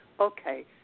okay